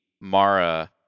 Mara